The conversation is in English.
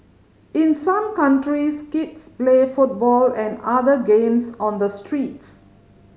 in some countries kids play football and other games on the streets